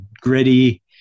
gritty